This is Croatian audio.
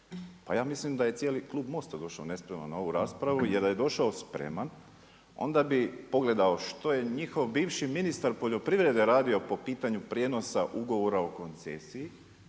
Pa ja mislim da je cijeli klub MOST-a došao nespreman na ovu raspravu jer da je došao spreman onda bi pogledao što je njihov bivši ministar poljoprivrede radio po pitanju prijenosa ugovora o koncesiji